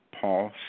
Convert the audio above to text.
Paul